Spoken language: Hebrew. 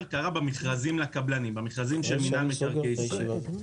במכרזים לקבלנים של מינהל מקרקעי ישראל.